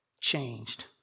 changed